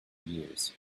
years